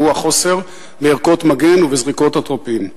והוא החוסר בערכות מגן ובזריקות אטרופין.